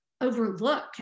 overlook